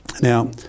Now